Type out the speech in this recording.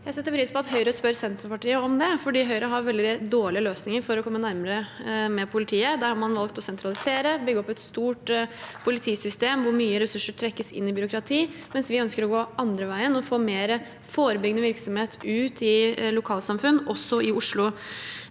Jeg setter pris på at Høyre spør Senterpartiet om det, for Høyre har veldig dårlige løsninger for å komme nærmere med politiet. Man har valgt å sentralisere, bygge opp et stort politisystem der mye ressurser trekkes inn i byråkrati, mens vi ønsker å gå den andre veien og få mer forebyggende virksomhet ute i lokalsamfunn, også i Oslo.